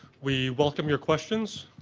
we welcome your questions.